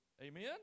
Amen